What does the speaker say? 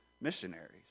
missionaries